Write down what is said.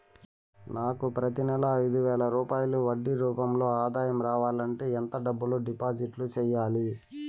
నాకు ప్రతి నెల ఐదు వేల రూపాయలు వడ్డీ రూపం లో ఆదాయం రావాలంటే ఎంత డబ్బులు డిపాజిట్లు సెయ్యాలి?